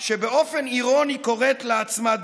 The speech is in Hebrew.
צריך לתקן את העיוות הזה ואת הטעות הזאת,